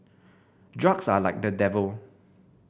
drugs are like the devil